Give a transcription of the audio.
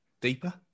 deeper